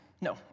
No